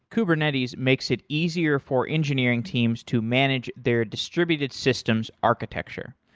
kubernetes makes it easier for engineering teams to manage their distributed systems architecture,